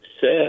set